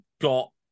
got